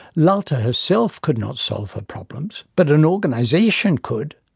lalta herself could not solve her problems, but an organisation could.